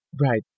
right